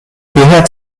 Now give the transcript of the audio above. hierher